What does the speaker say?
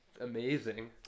Amazing